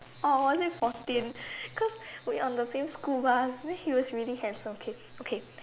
or was it fourteen cause we on the same school bus then he was really handsome okay okay